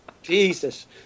Jesus